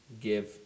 give